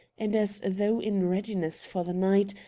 and, as though in readiness for the night,